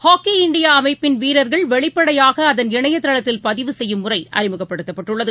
hockey India அமைப்பின் வீரர்கள் வெளிப்படையாக அதன் இணையதளத்தில் பதிவு செய்யும் முறை அறிமுகப்படுத்தப்பட்டுள்ளது